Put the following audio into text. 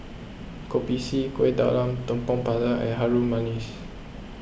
Kopi C Kuih Talam Tepong Pandan and Harum Manis